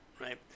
right